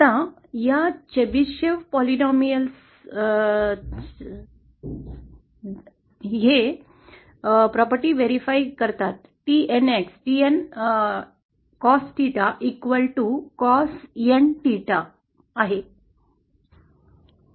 आता या चेबिसिव्ह बहुपदीय ते TNX या मालमत्तेची पडताळणी करतात TN कॉस 𝚹 कॉस N 3 च्या समान आहेत